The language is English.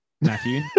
Matthew